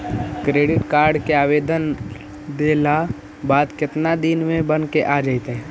Credit card के आवेदन दे देला के बाद केतना दिन में बनके आ जइतै?